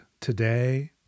today